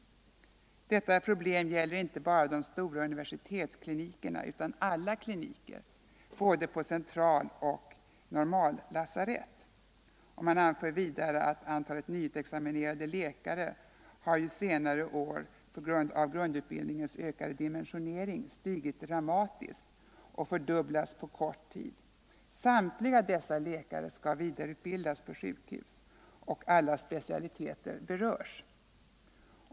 Detta problem gäller inte bara de stora universitetsklinikerna utan alla kliniker, både på centraloch normallasarett. --—- Antalet nyexaminerade läkare har under senare år, p. g. a. grundutbildningens ökade dimensionering, stigit dramatiskt och fördubblats på kort tid. Samtliga dessa läkare skall vidareutbildas på sjukhus och alla specialiteter berörs.